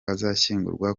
azashyingurwa